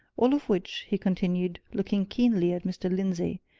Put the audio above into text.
all of which, he continued, looking keenly at mr. lindsey,